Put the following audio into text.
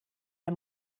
der